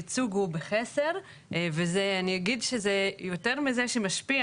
הייצוג הוא בחסר וזה אני אגיד שזה יותר מזה שמשפיע